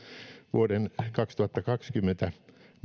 vuoden kaksituhattakaksikymmentä määrärahojen